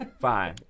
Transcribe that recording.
fine